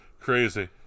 crazy